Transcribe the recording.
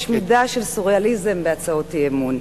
יש מידה של סוריאליזם בהצעות אי-אמון.